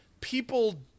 people